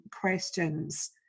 questions